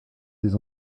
des